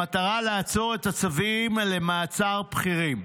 במטרה לעצור את הצווים למעצר בכירים.